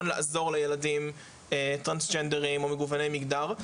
לעזור לילדים טרנסג'נדרים או מגווני מגדר.